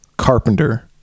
Carpenter